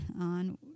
on